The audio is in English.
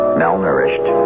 malnourished